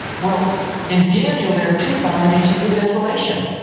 well, in daniel, there are two abominations of desolation.